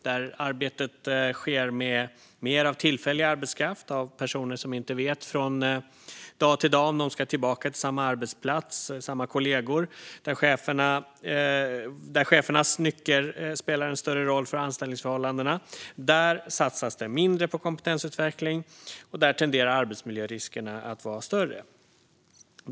Där arbetet sker med mer av tillfällig arbetskraft, av personer som inte vet från dag till dag om de ska tillbaka till samma arbetsplats eller samma kollegor, och där chefernas nycker spelar en större roll för anställningsförhållandena, där satsas det mindre på kompetensutveckling och där tenderar arbetsmiljöriskerna att vara större.